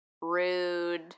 rude